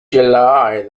july